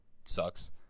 sucks